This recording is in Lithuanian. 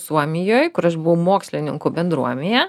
suomijoj kur aš buvau mokslininkų bendruomenėje